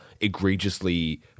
egregiously